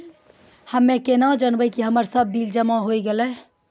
हम्मे केना जानबै कि हमरो सब बिल जमा होय गैलै?